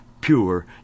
Pure